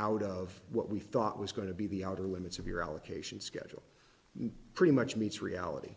out of what we thought was going to be the outer limits of your allocation schedule pretty much meets reality